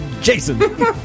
jason